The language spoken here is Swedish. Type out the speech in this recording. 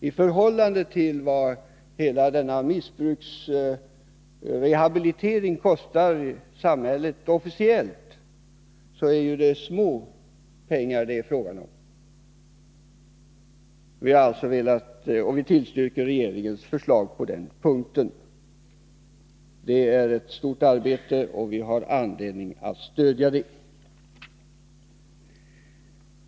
I förhållande till vad missbruksrehabiliteringen kostar samhället officiellt är det ju småpengar som det här är fråga om. Det är ett stort arbete, och vi har anledning att stödja det. Vi tillstyrker regeringens förslag på den punkten.